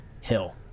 Hill